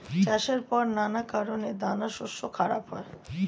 চাষের পর নানা কারণে দানাশস্য খারাপ হয়